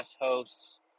hosts